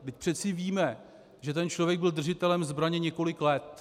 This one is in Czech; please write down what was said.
Vždyť přeci víme, že ten člověk byl držitelem zbraně několik let.